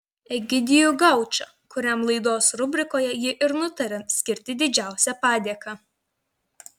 egidijų gaučą kuriam laidos rubrikoje ji ir nutarė skirti didžiausią padėką